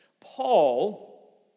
Paul